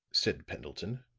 said pendleton,